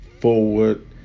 Forward